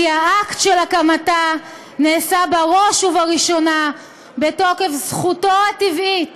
כי האקט של הקמתה נעשה בראש ובראשונה בתוקף זכותו הטבעית